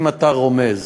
אם אתה רומז,